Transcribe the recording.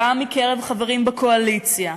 גם מקרב חברים בקואליציה,